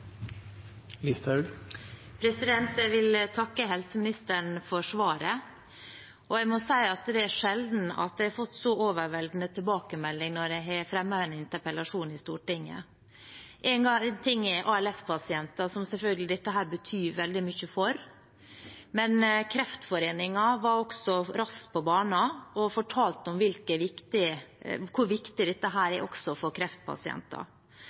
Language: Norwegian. Jeg vil takke helseministeren for svaret. Jeg må si at det er sjelden jeg har fått så overveldende tilbakemeldinger når jeg har fremmet en interpellasjon i Stortinget. Én ting er ALS-pasienter, som dette selvfølgelig betyr veldig mye for, men Kreftforeningen var også raskt på banen og fortalte om hvor viktig dette er også for kreftpasienter.